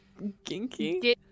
ginky